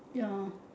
ya